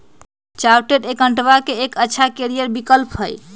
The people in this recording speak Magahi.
चार्टेट अकाउंटेंटवा के एक अच्छा करियर विकल्प हई